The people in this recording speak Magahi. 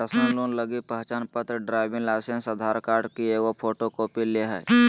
पर्सनल लोन लगी पहचानपत्र, ड्राइविंग लाइसेंस, आधार कार्ड की एगो फोटोकॉपी ले हइ